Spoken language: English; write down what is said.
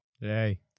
Hey